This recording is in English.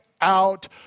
out